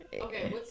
Okay